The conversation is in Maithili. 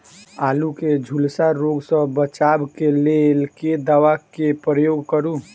आलु केँ झुलसा रोग सऽ बचाब केँ लेल केँ दवा केँ प्रयोग करू?